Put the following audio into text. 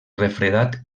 refredat